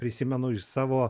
prisimenu iš savo